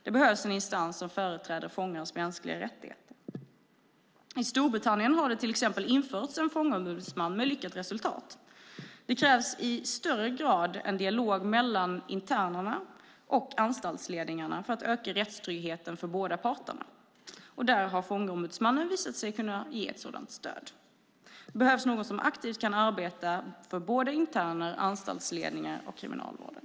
Det behövs också en instans som företräder fångars mänskliga rättigheter. I Storbritannien har det till exempel införts en fångombudsman med lyckat resultat. Det krävs i högre grad en dialog mellan internerna och anstaltsledningarna för att öka rättstryggheten för båda parter, och där har fångombudsmannen visat sig kunna ge ett sådant stöd. Det behövs någon som aktivt kan arbeta för både interner, anstaltsledningar och Kriminalvården.